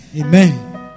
Amen